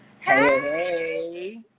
hey